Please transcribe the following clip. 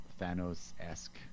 Thanos-esque